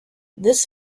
this